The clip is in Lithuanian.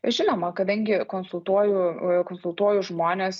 žinoma kadangi konsultuoju konsultuoju žmones